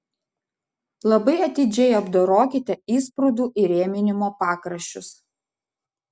labai atidžiai apdorokite įsprūdų įrėminimo pakraščius